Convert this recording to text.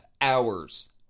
hours